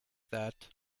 that